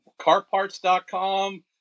carparts.com